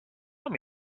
tell